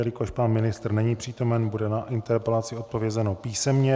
Jelikož pan ministr není přítomen, bude na interpelaci odpovězeno písemně.